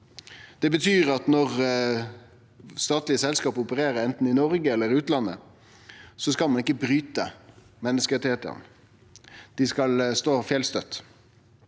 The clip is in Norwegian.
Det betyr at når statlege selskap opererer anten i Noreg eller i utlandet, skal ein ikkje bryte menneskerettane. Dei skal stå fjellstøtt.